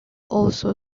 also